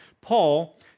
Paul